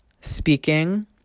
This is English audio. speaking